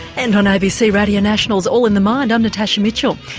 and on abc radio national's all in the mind i'm natasha mitchell,